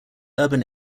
urban